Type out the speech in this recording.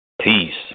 peace